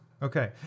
Okay